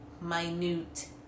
minute